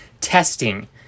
testing